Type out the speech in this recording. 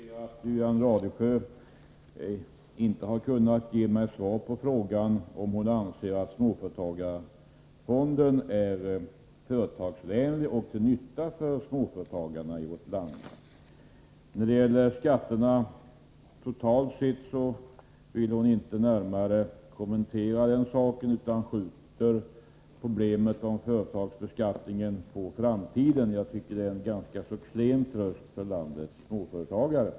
Herr talman! Jag noterar att Wivi-Anne Radesjö inte kunnat ge mig något svar på frågan om hon anser att småföretagarfonden är företagsvänlig och till nytta för småföretagarna i vårt land. När det gäller skatterna totalt sett vill hon inte närmare kommentera den saken, utan hon skjuter problemet med företagsbeskattningen på framtiden. Det är enligt min mening en ganska klen tröst för landets småföretagare.